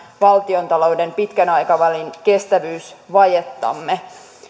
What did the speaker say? valtiontalouden pitkän aikavälin kestävyysvajettamme